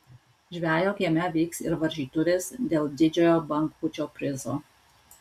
žvejo kieme vyks ir varžytuvės dėl didžiojo bangpūčio prizo